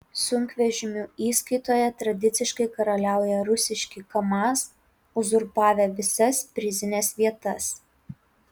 sunkvežimių įskaitoje tradiciškai karaliauja rusiški kamaz uzurpavę visas prizines vietas